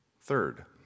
Third